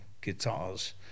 guitars